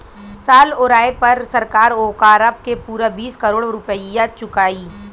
साल ओराये पर सरकार ओकारा के पूरा बीस करोड़ रुपइया चुकाई